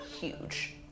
huge